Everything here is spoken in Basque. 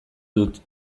dut